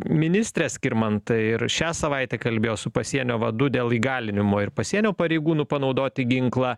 ministrė skirmantai ir šią savaitę kalbėjo su pasienio vadu dėl įgalinimo ir pasienio pareigūnų panaudoti ginklą